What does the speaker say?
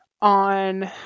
on